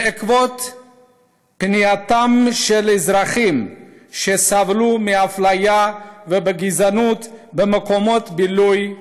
בעקבות פנייתם של אזרחים שסבלו מאפליה ומגזענות במקומות בילוי.